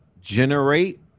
generate